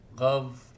love